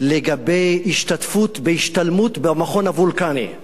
לגבי השתתפות בהשתלמות במכון וולקני.